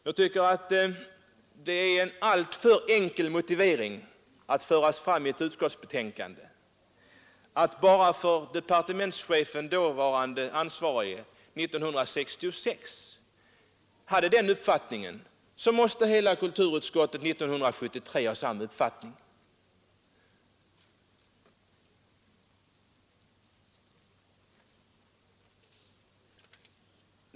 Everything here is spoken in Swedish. Jag tycker att det är en alltför enkel motivering att föras fram i ett utskottsbetänkande att bara för att den då ansvarige departementschefen 1966 uttalade en viss uppfattning så måste hela kulturutskottet 1973 ha samma uppfattning.